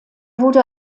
wurde